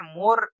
more